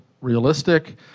realistic